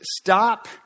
Stop